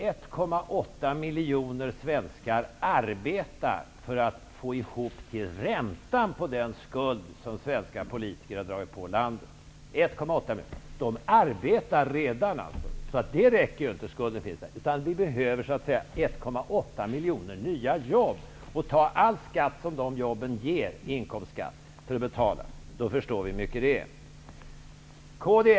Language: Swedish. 1,8 miljoner människor skulle behöva arbeta för att få ihop till räntan på den skuld som svenska politiker har dragit på landet. Det arbetas redan. Det räcker inte, skulden finns där. Vi behöver 1,8 miljoner nya jobb. All inkomstskatt som de jobben ger behöver vi för att betala. Då förstår man hur mycket det rör sig om.